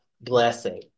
blessing